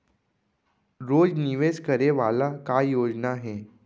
रोज निवेश करे वाला का योजना हे?